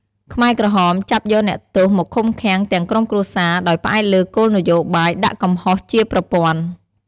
ខ្មែរក្រហមចាប់យកអ្នកទោសមកឃុំឃាំងទាំងក្រុមគ្រួសារ ដោយផ្អែកលើគោលនយោបាយដាក់កំហុសជាប្រព័ន្ធ។